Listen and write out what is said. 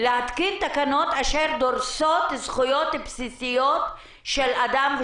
מתקינים תקנות שדורסות זכויות בסיסיות של אדם,